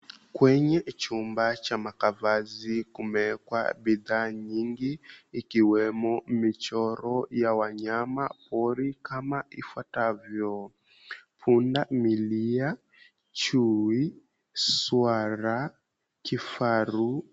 Kwenye chumba cha makavazi kumeekwa bidhaa nyingi ikiwemo michoro ya wanyamapori kama ifuatavyo punda milia, chui, swara, kifaru.